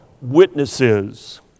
witnesses